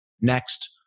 next